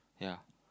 yeah